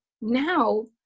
now